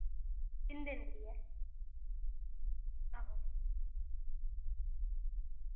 तिन दिन दी ऐ आहो